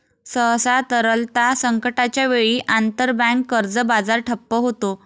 सहसा, तरलता संकटाच्या वेळी, आंतरबँक कर्ज बाजार ठप्प होतो